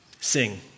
sing